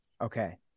Okay